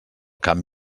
camp